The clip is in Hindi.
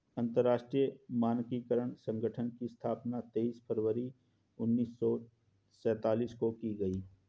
अंतरराष्ट्रीय मानकीकरण संगठन की स्थापना तेईस फरवरी उन्नीस सौ सेंतालीस में की गई